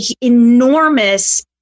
enormous